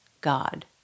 God